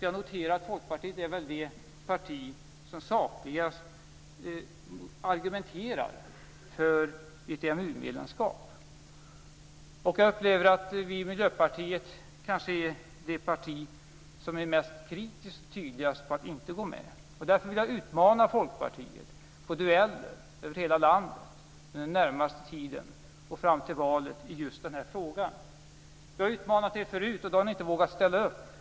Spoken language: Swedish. Jag noterar att Folkpartiet väl är det parti som sakligast argumenterar för ett EMU medlemskap. Jag upplever att Miljöpartiet kanske är det parti som är tydligast kritiskt mot att gå med. Därför vill jag utmana Folkpartiet till dueller över hela landet den närmaste tiden och fram till valet i just den här frågan. Vi har utmanat er förut, men då har ni inte vågat ställa upp.